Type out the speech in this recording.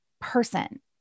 person